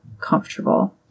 comfortable